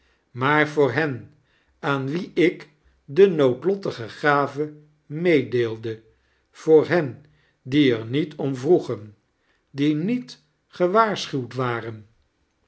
maar voor hen aan wie ik de noodlottige gave meedeelde voor hen die er niet om vroegen die niet gewaarschuwd warem